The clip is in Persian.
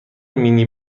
مینی